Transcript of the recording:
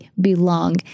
belong